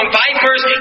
vipers